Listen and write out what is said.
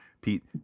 pete